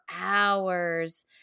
hours